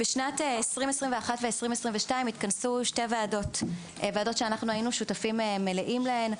בשנת 2021 ו-2022 התכנסו שתי ועדות שאנחנו היינו שותפים מלאים להן.